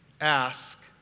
ask